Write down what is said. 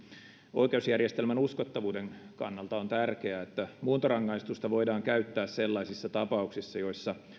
oikeusjärjestelmän uskottavuuden kannalta on tärkeää että muuntorangaistusta voidaan käyttää sellaisissa tapauksissa joissa